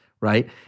right